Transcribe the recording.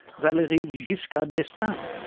valery giscard d'estaing,